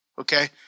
okay